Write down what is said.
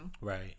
Right